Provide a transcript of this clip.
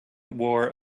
wore